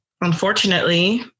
Unfortunately